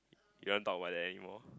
you want talk about the animal